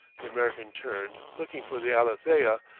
the american turned, looking for the alethea,